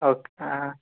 okay ಹಾಂ